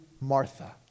Martha